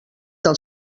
del